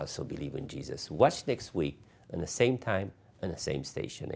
also believe in jesus what's next week and the same time and same station